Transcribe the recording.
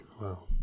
Wow